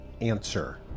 answer